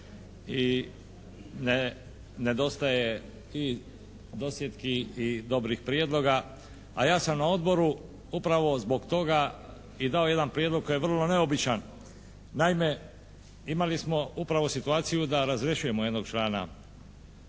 ne nedostaje i dosjetki i dobrih prijedloga a ja sam na Odboru upravo zbog toga i dao jedan prijedlog koji je vrlo neobičan. Naime imali smo upravo situaciju da razrješujemo jednog člana,